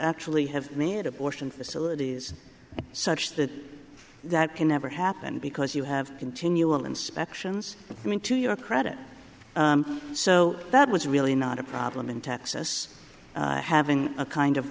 actually have made abortion facilities such that that can never happen because you have continual inspections i mean to your credit so that was really not a problem in texas having a kind of